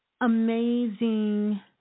amazing